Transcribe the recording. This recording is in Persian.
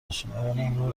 آشنایانم